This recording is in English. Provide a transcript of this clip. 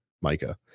Micah